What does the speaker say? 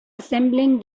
assembling